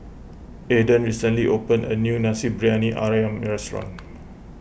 Aaden recently opened a new Nasi Briyani Ayam restaurant